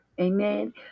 amen